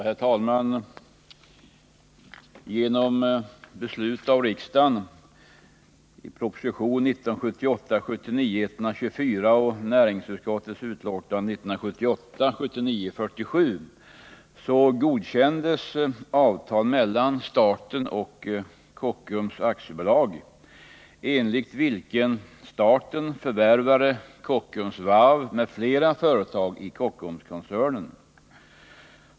Herr talman! Genom beslut av riksdagen godkändes avtal mellan staten och Kockums AB enligt vilket staten förvärvade Kockums Varv m.fl. företag i Kockumskoncernen.